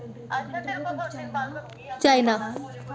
China